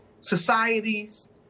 societies